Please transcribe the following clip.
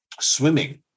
swimming